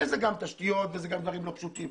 אלה גם תשתיות וגם דברים נוספים.